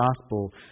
gospel